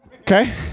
Okay